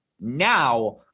now